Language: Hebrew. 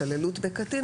התעללות בקטין.